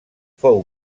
fou